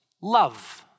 love